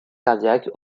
cardiaque